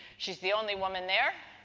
she's the only woman there.